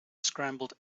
scrambled